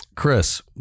Chris